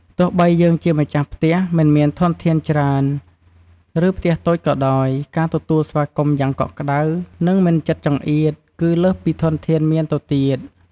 ទោះបីយើងជាម្ចាស់ផ្ទះមិនមានធនធានច្រើន ឬផ្ទះតូចក៏ដោយ ការទទួលស្វាគមន៍យ៉ាងកក់ក្ដៅ និងមិនចិត្តចង្អៀត គឺលើសពីធនធានមានទៅទៀត។